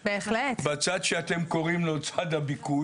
בצד שאתם קוראים לו צד הביקוש,